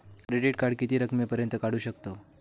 Credit card किती रकमेपर्यंत काढू शकतव?